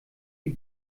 die